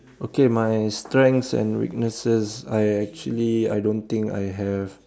okay my strengths and weaknesses I actually I don't think I have